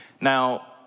Now